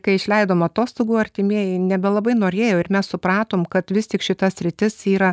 kai išleidom atostogų artimieji nebelabai norėjo ir mes supratom kad vis tik šita sritis yra